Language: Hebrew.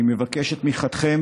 אני מבקש את תמיכתכם,